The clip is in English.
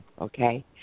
okay